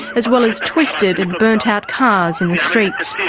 as well as twisted and burnt-out cars in the streets.